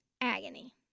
agony